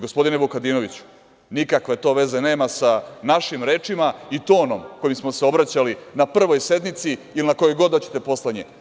Gospodine Vukadinoviću, nikakve veze to nema sa našim rečima i tonom kojim smo se obraćali na prvoj sednici ili na kojoj god hoćete posle nje.